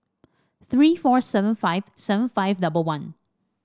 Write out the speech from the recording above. three four seven five seven five double one